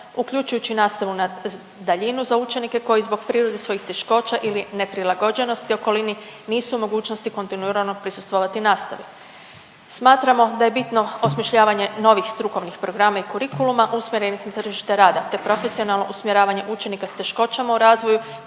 uključujući i nastavu na daljinu za učenike koji zbog prirode svojih teškoća ili neprilagođenosti okolini, nisu u mogućnosti kontinuirano prisustvovati nastavi. Smatramo da je bitno osmišljavanje novih strukovnih programa i kurikuluma usmjerenih na tržište rada te profesionalno usmjeravanje učenika s teškoćama u razvoju